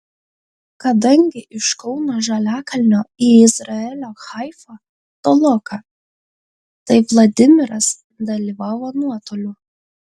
kadangi iš kauno žaliakalnio į izraelio haifą toloka tai vladimiras dalyvavo nuotoliu